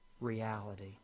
reality